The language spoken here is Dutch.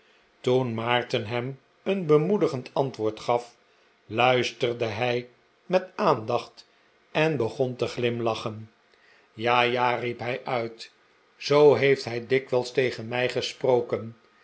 maarten hem een bemoedigend antwoord gaf luisterde hij met aandacht en begon te glimlachen ja ja riep hij uit zoo heeft hij dikwijls tegen mij gesproken